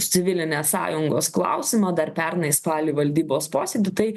civilinės sąjungos klausimą dar pernai spalį valdybos posėdį tai